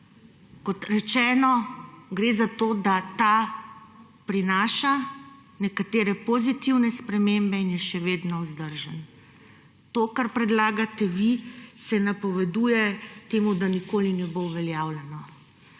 Kot rečeno, gre za to, da ta prinaša nekatere pozitivne spremembe in je še vedno vzdržen. To, kar predlagate vi, se napoveduje temu, da nikoli ne bo uveljavljeno.